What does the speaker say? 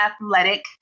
athletic